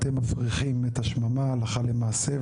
אתם מפריחים את השממה, הלכה למעשה.